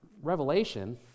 Revelation